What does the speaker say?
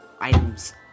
items